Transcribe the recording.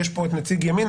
יש פה את נציג ימינה,